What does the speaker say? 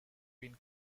being